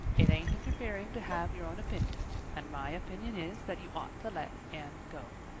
it ain't interfering to have your own opinion. and my opinion is that you ought to let anne go.